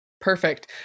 Perfect